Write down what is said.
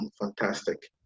fantastic